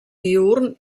diürn